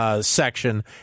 section